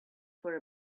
for